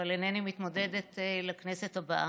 אבל אינני מתמודדת לכנסת הבאה.